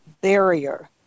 barrier